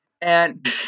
And-